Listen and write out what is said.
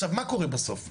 עכשיו מה קורה בסוף,